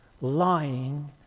lying